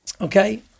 Okay